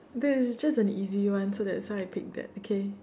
this this is just an easy one so that's why I just take that okay